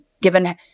given